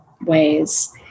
ways